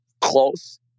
close